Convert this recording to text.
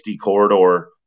corridor